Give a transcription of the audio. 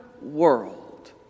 world